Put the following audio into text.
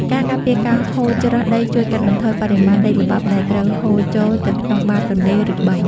ការការពារការហូរច្រោះដីជួយកាត់បន្ថយបរិមាណដីល្បាប់ដែលត្រូវហូរចូលទៅក្នុងបាតទន្លេ ឬបឹង។